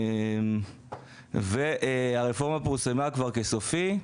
והרפורמה פורסמה כסופית.